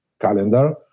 calendar